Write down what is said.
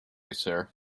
sir